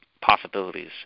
possibilities